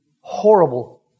horrible